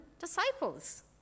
disciples